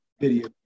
video